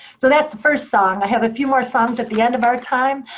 so that's the first song. i have a few more songs at the end of our time.